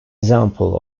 example